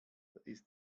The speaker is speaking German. ist